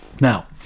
Now